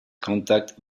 contact